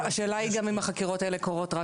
השאלה היא גם אם החקירות האלה קורות רק